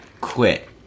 quit